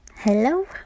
Hello